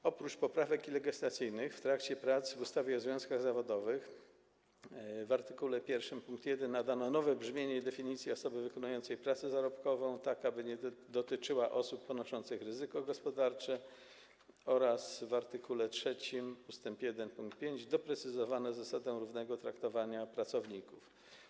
Oprócz przyjęcia poprawek legislacyjnych w trakcie prac w ustawie o związkach zawodowych w art. 1 pkt 1 nadano nowe brzmienie definicji osoby wykonującej pracę zarobkową, tak aby nie dotyczyła osób ponoszących ryzyko gospodarcze, oraz w art. 3 ust. 1 pkt 5 doprecyzowano zasadę równego traktowania pracowników.